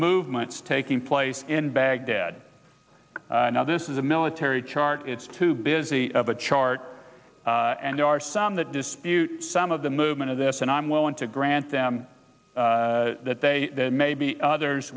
movements taking place in baghdad now this is a military chart it's too busy of a chart and there are some that dispute some of the movement of this and i'm willing to grant them that they may be others